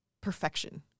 perfection